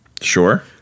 Sure